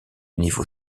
niveau